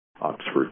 Oxford